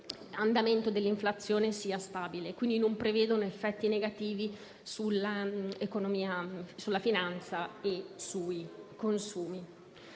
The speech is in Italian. dell'inflazione sia stabile, quindi non prevedono effetti negativi sull'economia, sulla finanza e sui consumi.